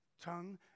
tongue